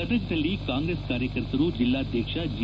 ಗದಗ್ನಲ್ಲಿ ಕಾಂಗ್ರೆಸ್ ಕಾರ್ಯಕರ್ತರು ಜಿಲ್ಲಾಧ್ವಕ್ಷ ಜಿ